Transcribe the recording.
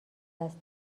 دست